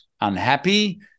unhappy